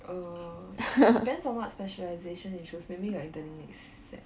err depends on what specialisation you choose maybe you're interning next sem